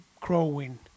growing